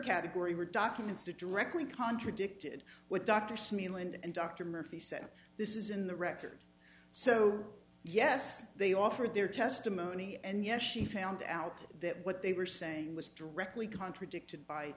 category were documents to directly contradicted what dr smeal and dr murphy said this is in the record so yes they offered their testimony and yes she found out that what they were saying was directly contradicted by